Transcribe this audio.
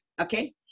Okay